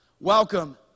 Welcome